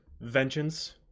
vengeance